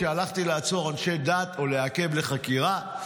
כשהלכתי לעצור אנשי דת או לעכב לחקירה,